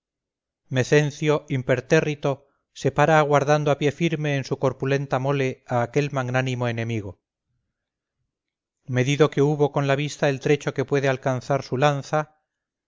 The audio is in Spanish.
encuentro mecencio impertérrito se para aguardando a pie firme en su corpulenta mole a aquel magnánimo enemigo medido que hubo con la vista el trecho que puede alcanzar su lanza